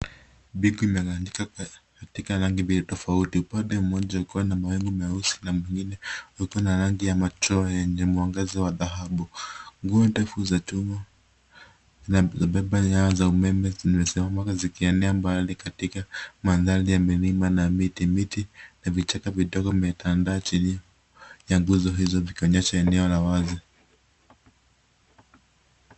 Biku linamwagika katika rangi mbili tofauti upande moja wake kuna mawingu mweusi na mwingine uko na rangi ya machohe nwenye mwangaza wa dhahabu. Nguzo ndefu za chuma zimebeba nyaya za umeme zime simama zikienea mbali katika mandhari ya milima na miti miti na vichaka vidogo vimetandaa chini ya guzo hizo vikoonyesha eneo la wazi.